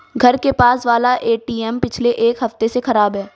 घर के पास वाला एटीएम पिछले एक हफ्ते से खराब है